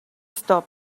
stop